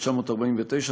1949,